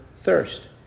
thirst